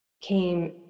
came